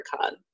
card